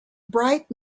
bright